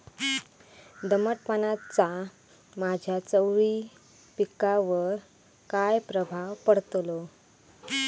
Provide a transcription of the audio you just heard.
दमटपणाचा माझ्या चवळी पिकावर काय प्रभाव पडतलो?